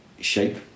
shape